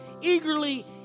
eagerly